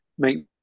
make